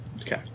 Okay